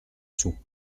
sous